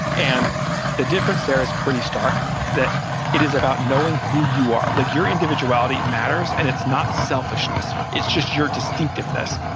and the difference there is pretty stark that it is about knowing who you are. like your individuality matters. and it's not selfishness, it's just your distinctiveness.